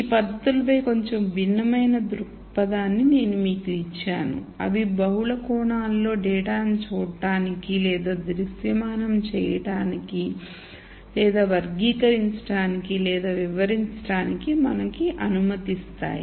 ఈ పద్ధతులపై కొంచెం భిన్నమైన దృక్పథాన్ని నేను మీకు ఇచ్చాను అవి బహుళ కోణాలలో డేటాను చూడటానికి లేదా దృశ్యమానం చేయడానికి లేదా వర్గీకరించడానికి లేదా వివరించడానికి మనకు అనుమతిస్తాయి